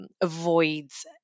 avoids